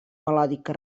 melòdica